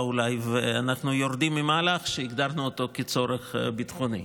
אולי ואנחנו יורדים ממהלך שהגדרנו אותו כצורך ביטחוני.